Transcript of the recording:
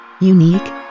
Unique